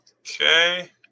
Okay